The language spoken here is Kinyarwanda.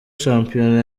shampiyona